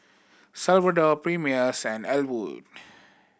Salvador Primus and Ellwood